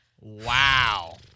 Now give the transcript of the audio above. Wow